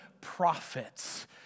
prophets